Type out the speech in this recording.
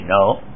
No